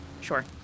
Sure